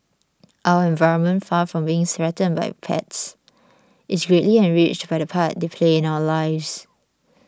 our environment far from being threatened by pets is greatly enriched by the part they play in our lives